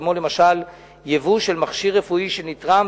כמו למשל ייבוא של מכשיר רפואי שנתרם